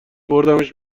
بردمش